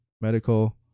medical